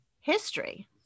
history